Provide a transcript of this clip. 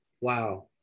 wow